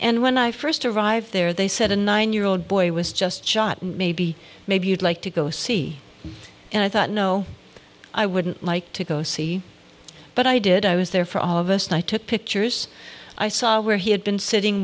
and when i first arrived there they said a nine year old boy was just shot maybe maybe you'd like to go see and i thought no i wouldn't like to go see but i did i was there for all of us and i took pictures i saw where he had been sitting